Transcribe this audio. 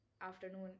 afternoon